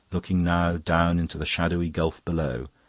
looking now down into the shadowy gulf below,